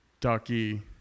Ducky